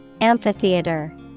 Amphitheater